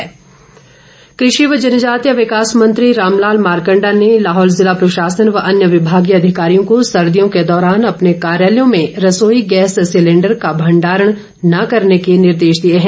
मारकंडा कृषि व जनजातीय विकास मंत्री रामलाल मारकंडा ने लाहौल ज़िला प्रशासन व अन्य विभागीय अधिकारियों को सर्दियों के दौरान अपने कार्यालयों में रसोई गैस सिलेंडर का भंडारण न करने के निर्देश दिए हैं